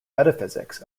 metaphysics